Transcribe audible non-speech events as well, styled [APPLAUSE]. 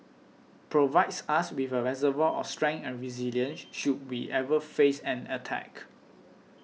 provides us with a reservoir of strength and resilience [NOISE] should we ever face an attack